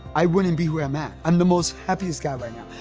i wouldn't be where i'm at. i'm the most happiest guy right now,